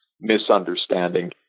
misunderstanding